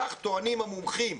כך טוענים המומחים.